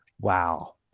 Wow